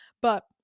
But-